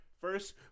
First